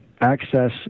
access